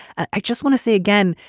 i just want to say again,